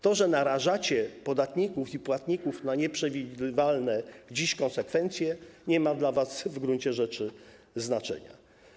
To, że narażacie podatników i płatników na nieprzewidywalne dziś konsekwencje, nie ma dla was w gruncie rzeczy znaczenia.